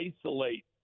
isolate